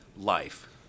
life